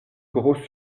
gros